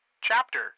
Chapter